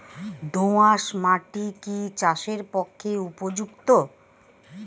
দোআঁশ মাটি কি চাষের পক্ষে উপযুক্ত?